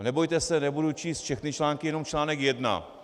Nebojte se, nebudu číst všechny články, jenom článek 1.